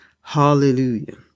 Hallelujah